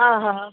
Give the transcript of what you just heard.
ହଁ ହଁ ହଁ